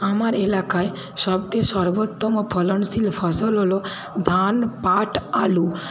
আমার এলাকায় সবথেকে সর্বোত্তম ফলনশীল ফসল হল ধান পাট আলু